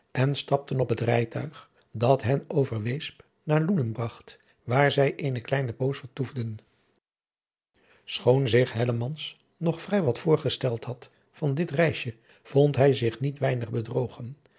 en stapten op het rijtuig dat hen over weesp naar loenen bragt waar zij eene kleine poos vertoefden schoon zich hellemans nog vrij wat voorgesteld had van dit reisje vond hij zich niet weinig bedrogen